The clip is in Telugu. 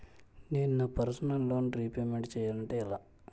నేను నా పర్సనల్ లోన్ రీపేమెంట్ చేయాలంటే ఎలా?